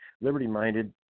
liberty-minded